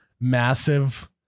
massive